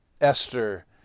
Esther